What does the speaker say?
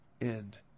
end